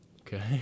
Okay